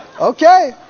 Okay